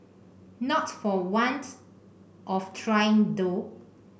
not for want of trying though